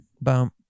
Boom